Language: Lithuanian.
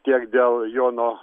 tiek dėl jono